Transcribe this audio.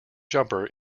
jumper